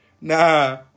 Nah